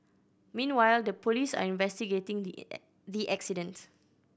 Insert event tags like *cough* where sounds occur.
meanwhile the police are investigating *unintelligible* the accident